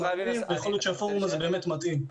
מענה ויכול להיות שהפורום הזה באמת מתאים.